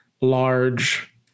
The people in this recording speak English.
large